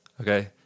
Okay